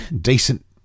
decent